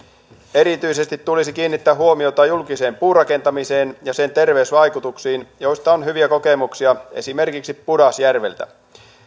erityisesti tulisi kiinnittää huomiota julkiseen puurakentamiseen ja sen terveysvaikutuksiin joista on hyviä kokemuksia esimerkiksi pudasjärveltä